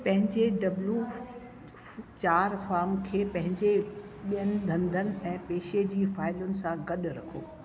पंहिंजे डब्लू चारि फाम खे पंहिंजे ॿियनि धंधनि ऐं पेशे जी फाइलुन सां गॾु रखो